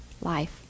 life